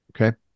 Okay